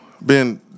Ben